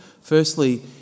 Firstly